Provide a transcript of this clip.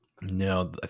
no